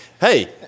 hey